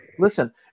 Listen